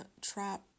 trap